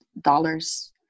dollars